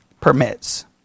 permits